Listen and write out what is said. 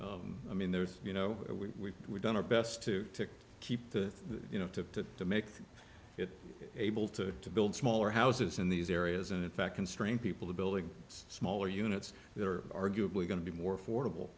i mean there's you know we we've done our best to keep the you know to to make it able to to build smaller houses in these areas and in fact constrain people to building smaller units that are arguably going to be more affordable